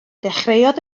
dechreuodd